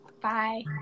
Bye